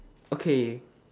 okay